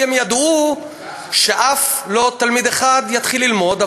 כי הם ידעו שאף תלמיד אחד לא יתחיל ללמוד,